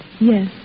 Yes